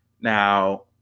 Now